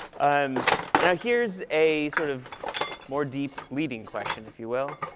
um and ah here's a sort of more deep leading question, if you will.